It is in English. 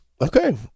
Okay